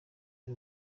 ari